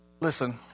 Listen